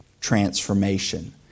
transformation